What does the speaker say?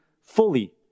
fully